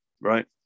right